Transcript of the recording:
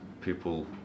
people